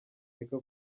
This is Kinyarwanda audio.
reka